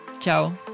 Ciao